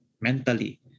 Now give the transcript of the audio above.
mentally